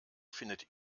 findet